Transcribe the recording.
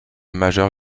majeur